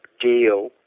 deal